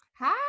Hi